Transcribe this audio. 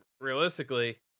realistically